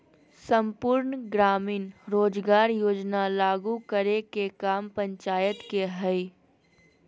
सम्पूर्ण ग्रामीण रोजगार योजना लागू करे के काम पंचायत के हय